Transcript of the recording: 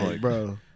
bro